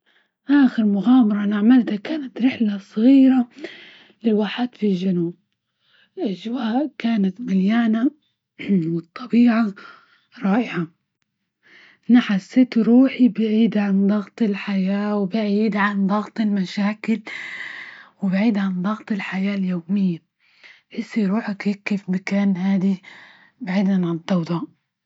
آخر مغامرة أنا عملتها كانت رحلة صغيرة للواحات في الجنوب، الأجواء كانت مليانة والطبيعة رائعة، أنا حسيت روحي بعيدة عن ضغط الحياة، وبعيد عن ضغط المشاكل، وبعيد ة عن ضغط الحياة اليومية، حس روحي هكي في مكان هادي بعيدا عن الضوضاء.